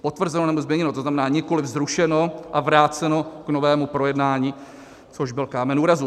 Potvrzeno, nebo změněno to znamená, nikoliv zrušeno a vráceno k novému projednání, což byl kámen úrazu.